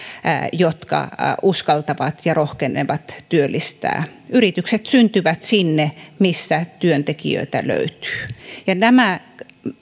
jotka uskaltavat ja rohkenevat työllistää yritykset syntyvät sinne missä työntekijöitä löytyy ja nämä